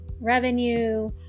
revenue